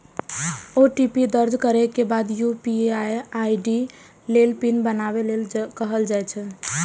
OTP दर्ज करै के बाद यू.पी.आई आई.डी लेल पिन बनाबै लेल कहल जाइ छै